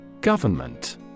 Government